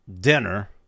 dinner